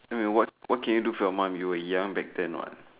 then will what what can you do for your mummy you were young back then what